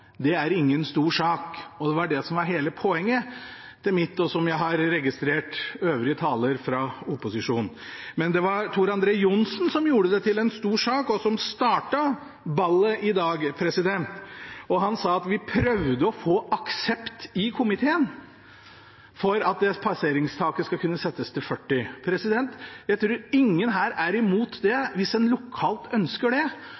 er ingen stor sak. Det var det som var hele poenget mitt, og som jeg også har registrert fra øvrige talere i opposisjonen. Det var Tor André Johnsen som gjorde det til en stor sak, og som startet ballet i dag. Han sa at de hadde prøvd å få aksept i komiteen for at passeringstaket skulle kunne settes til 40. Jeg tror ingen her er imot det hvis en lokalt ønsker det.